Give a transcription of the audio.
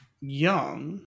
young